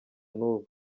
n’ubu